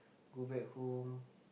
go back home